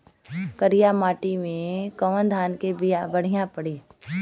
करियाई माटी मे कवन धान के बिया बढ़ियां पड़ी?